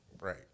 Right